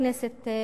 בכנסת,